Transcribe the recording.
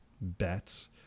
bets